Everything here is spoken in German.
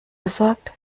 gesagt